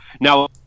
now